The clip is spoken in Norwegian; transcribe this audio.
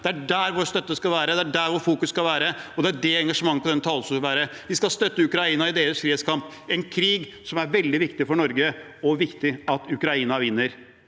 Det er der vår støtte skal være. Det er der vårt fokus skal være, og det er der engasjementet på denne talerstolen skal være. Vi skal støtte Ukraina i deres frihetskamp, en krig som det er veldig viktig for Norge at Ukraina vinner.